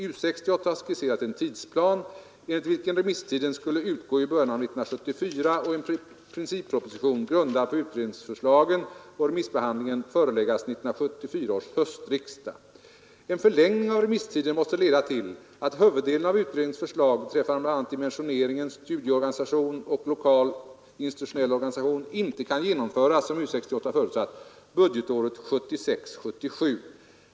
U 68 har skisserat en tidsplan, enligt vilken remisstiden skulle utgå i början av 1974, och en principproposition, grundad på utredningsförslagen och remissbehandlingen, föreläggas 1974 års höstriksdag. En förlängning av remisstiden måste leda till att huvuddelen av utredningens förslag beträffande bl.a. dimensionering, studieorganisation och lokal institutionell organisation inte kan genomföras — som U 68 förutsatt — budgetåret 1976/77.